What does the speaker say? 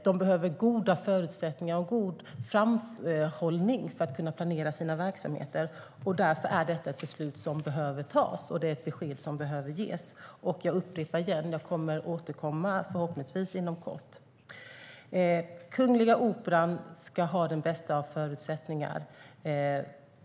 De behöver goda förutsättningar och god framförhållning för att kunna planera sina verksamheter. Därför är detta ett beslut som behöver tas och ett besked som behöver ges. Jag upprepar: Jag kommer att återkomma, förhoppningsvis inom kort. Kungliga Operan ska ha den bästa av förutsättningar.